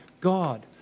God